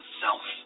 self